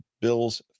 bills